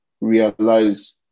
realize